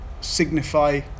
signify